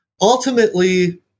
Ultimately